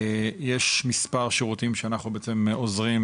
יש מספר שירותים שאנחנו בעצם עוזרים